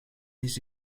des